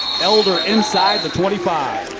elder inside the twenty five.